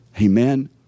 Amen